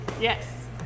Yes